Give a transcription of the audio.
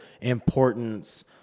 importance